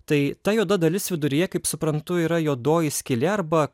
tai ta juoda dalis viduryje kaip suprantu yra juodoji skylė arba